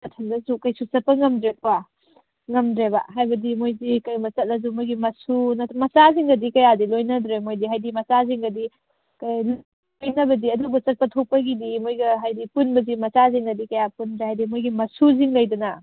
ꯃꯊꯟꯇꯁꯨ ꯀꯔꯤꯁꯨ ꯆꯠꯄ ꯉꯝꯗ꯭ꯔꯦꯀꯣ ꯉꯝꯗ꯭ꯔꯦꯕ ꯍꯥꯏꯕꯗꯤ ꯃꯣꯏꯁꯤ ꯀꯔꯤꯒꯨꯝꯕ ꯆꯠꯂꯁꯨ ꯃꯈꯣꯏꯒꯤ ꯃꯁꯨ ꯃꯆꯥꯁꯤꯡꯅꯗꯤ ꯀꯌꯥꯗꯤ ꯂꯣꯏꯅꯗ꯭ꯔꯦ ꯃꯈꯣꯏꯗꯤ ꯍꯥꯏꯗꯤ ꯃꯆꯥꯁꯤꯡꯅꯗꯤ ꯀꯩꯅꯣ ꯑꯗꯨꯒꯨꯝꯕ ꯆꯠꯄ ꯊꯣꯛꯄꯒꯤꯗꯤ ꯃꯣꯏꯒ ꯍꯥꯏꯗꯤ ꯄꯨꯟꯕꯁꯤ ꯃꯆꯥꯁꯤꯡꯒꯗꯤ ꯀꯌꯥ ꯄꯨꯟꯗ꯭ꯔꯦ ꯍꯥꯏꯗꯤ ꯃꯣꯏꯒꯤ ꯃꯁꯨꯁꯤꯡ ꯂꯩꯗꯅ